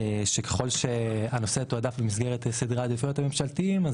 שככול שהנושא יתועדף במסגרת סדרי העדיפויות הממשלתיים,